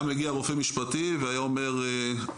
היה מגיע רופא משפטי והיה אומר "עדיין